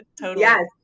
Yes